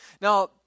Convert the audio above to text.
Now